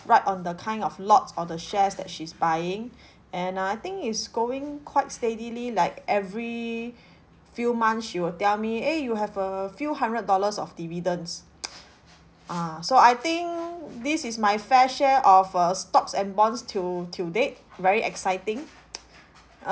ride on the kind of lots or the shares that she's buying and uh I think it's going quite steadily like every few months she will tell me eh you have a few hundred dollars of dividends ah so I think this is my fair share of uh stocks and bonds till till date very exciting